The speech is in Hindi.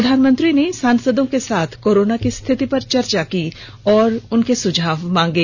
प्रधानमंत्री ने सांसदों के साथ कोरोना की स्थिति पर चर्चा की और उनके सुझाव मांगे